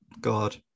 god